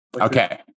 Okay